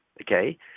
okay